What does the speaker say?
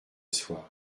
soir